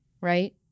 right